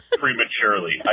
prematurely